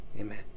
Amen